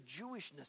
Jewishness